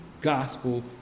gospel